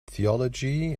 theology